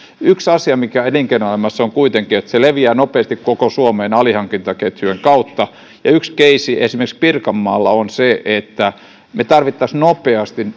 yksi asia elinkeinoelämässä on kuitenkin se että se leviää nopeasti koko suomeen alihankintaketjujen kautta ja yksi keissi esimerkiksi pirkanmaalla on se että me tarvitsisimme nopeasti